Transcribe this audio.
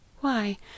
Why